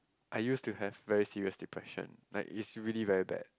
I used to have very serious depression like is really very bad